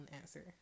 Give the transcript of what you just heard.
answer